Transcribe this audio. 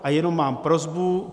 A jenom mám prosbu.